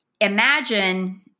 imagine –